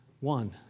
One